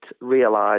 realise